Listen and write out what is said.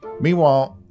Meanwhile